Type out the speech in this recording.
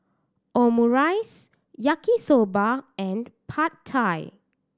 Omurice Yaki Soba and Pad Thai